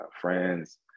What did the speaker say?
friends